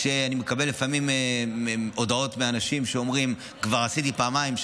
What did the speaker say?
כשאני מקבל לפעמים הודעות מאנשים שאומרים: כבר עשיתי פעמיים,